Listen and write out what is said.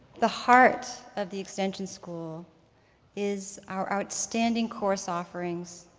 the heart of the extension school is our outstanding course offerings,